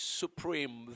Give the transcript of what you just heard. supreme